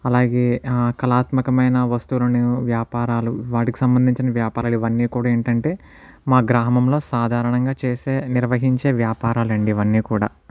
అలాగే కళాత్మకమైన వస్తువులను వ్యాపారాలు వాటికి సంబంధించిన వ్యాపారాలు ఇవన్నీ కూడా ఏంటి అంటే మా గ్రామంలో సాధారణంగా చేసే నిర్వహించే వ్యాపారాలు అండి ఇవన్నీ కూడా